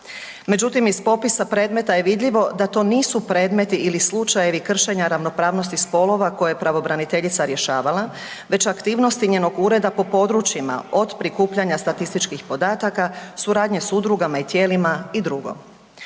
Međutim, iz popisa predmeta je vidljivo da to nisu predmeti ili slučajevi kršenja ravnopravnosti spolova koje je pravobraniteljica rješavala već aktivnosti njenog ureda po područjima od prikupljanja statističkih podataka, suradnje s udrugama i tijelima i dr.